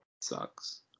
Sucks